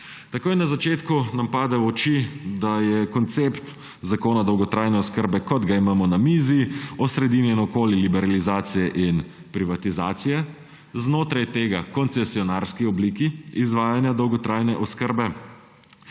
Takoj na začetku nam pade v oči, da je koncept zakona dolgotrajne oskrbe, kot ga imamo na mizi, osredinjen okoli liberalizacije in privatizacije, znotraj tega koncesionarski obliki izvajanja dolgotrajne oskrbe,